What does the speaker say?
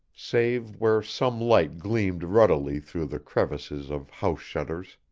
save where some light gleamed ruddily through the crevices of house-shutters,